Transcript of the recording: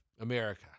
America